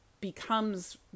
becomes